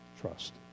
Trust